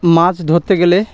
মাছ ধরতে গেলে